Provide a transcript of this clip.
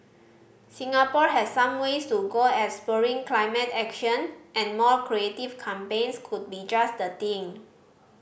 Singapore has some ways to go at spurring climate action and more creative campaigns could be just the thing